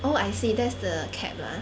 oh I see that's the cap lah